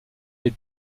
les